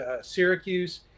Syracuse